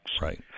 Right